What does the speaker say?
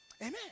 Amen